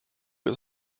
ist